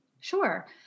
Sure